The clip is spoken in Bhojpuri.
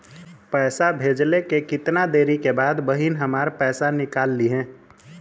पैसा भेजले के कितना देरी के बाद बहिन हमार पैसा निकाल लिहे?